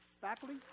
faculty